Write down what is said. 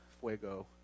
fuego